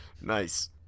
Nice